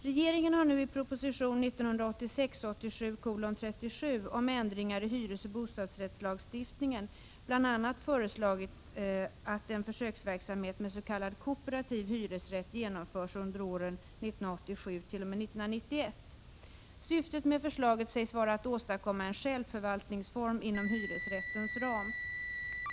Regeringen har nu i proposition 1986/87:37 om ändringar i hyresoch bostadsrättslagstiftningen bl.a. föreslagit att en försöksverksamhet med s.k. kooperativ hyresrätt genomförs under åren 1987-1991. Syftet med förslaget sägs vara att åstadkomma en självförvaltningsform inom hyresrättens ram.